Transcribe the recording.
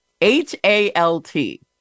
H-A-L-T